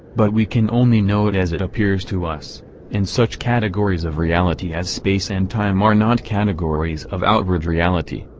but we can only know it as it appears to us and such categories of reality as space and time are not categories of outward reality,